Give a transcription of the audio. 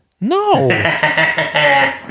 No